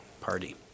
party